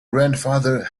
grandfather